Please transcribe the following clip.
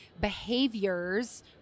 behaviors